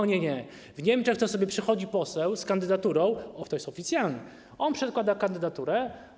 O nie, nie, w Niemczech to sobie przychodzi poseł z kandydaturą, to jest oficjalne, przedkłada kandydaturę.